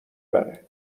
بره